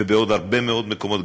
ובעוד הרבה מאוד מקומות.